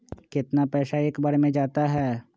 कितना पैसा एक बार में जाता है?